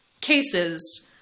cases